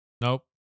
Nope